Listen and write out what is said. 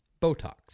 Botox